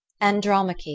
Andromache